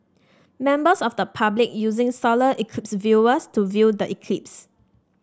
members of the public using solar eclipse viewers to view the eclipse